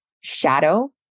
shadow